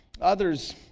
Others